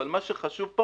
מה שחשוב פה